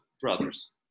brothers